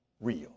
real